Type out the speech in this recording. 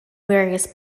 various